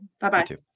Bye-bye